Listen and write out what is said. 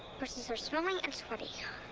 horses are smelly and sweaty.